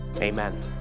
Amen